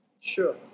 Sure